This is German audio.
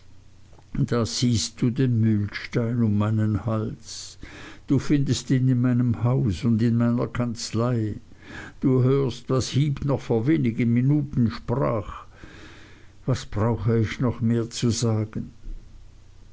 da siehst du den mühlstein um meinen hals du findest ihn in meinem haus und in meiner kanzlei du hörst was heep noch vor wenigen minuten sprach was brauche ich noch mehr zu sagen